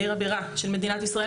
לעיר הבירה של מדינת ישראל,